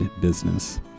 business